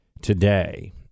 today